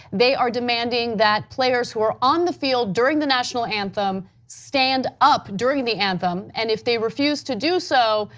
they are demanding that players who are on the field during the national anthem stand up during the anthem and if they refuse to do so,